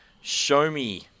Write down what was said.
show-me